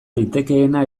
litekeena